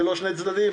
זה לא שני צדדים,